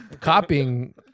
Copying